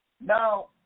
Now